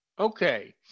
Okay